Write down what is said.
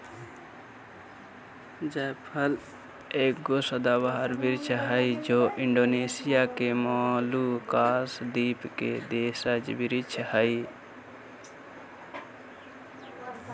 जायफल एगो सदाबहार वृक्ष हइ जे इण्डोनेशिया के मोलुकास द्वीप के देशज वृक्ष हइ